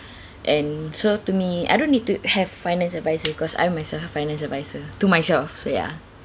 and so to me I don't need to have finance advisor because I myself a finance advisor to myself so ya